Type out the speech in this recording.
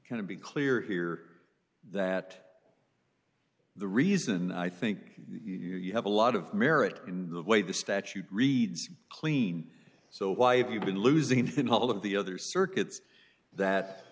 going to be clear here that the reason i think you have a lot of merit in the way the statute reads clean so why have you been losing to all of the other circuits that